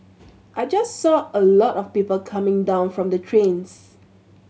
I just saw a lot of people coming down from the trains